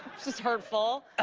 that's hurtsful.